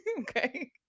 okay